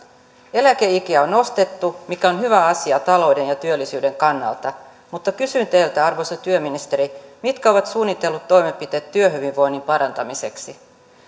eläkeikiä on nostettu mikä on hyvä asia talouden ja työllisyyden kannalta mutta kysyn teiltä arvoisa työministeri mitkä ovat suunnitellut toimenpiteet työhyvinvoinnin parantamiseksi